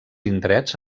indrets